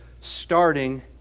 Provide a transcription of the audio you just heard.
starting